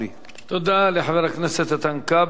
תודה לחבר הכנסת איתן כבל.